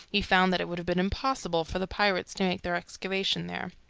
he found that it would have been impossible for the pirates to make their excavation there.